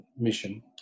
mission